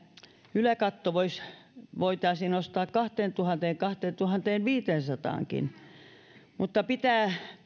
yläkatto voitaisiin nostaa kahteentuhanteen viiva kahteentuhanteenviiteensataankin mutta pitää